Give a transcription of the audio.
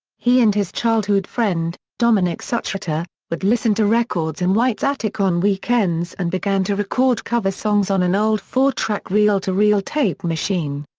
he and his childhood friend, dominic suchyta, would listen to records in white's attic on weekends and began to record cover songs on an old four-track reel to reel tape machine.